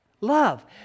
Love